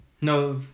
No